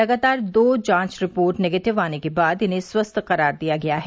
लगातार दो जांच रिपोर्ट निगेटिव आने के बाद इन्हें स्वस्थ करार दिया गया है